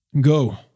Go